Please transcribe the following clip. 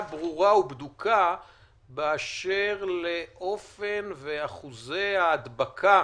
ברורה ובדוקה באשר לאופן ואחוזי ההדבקה